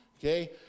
Okay